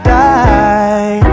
die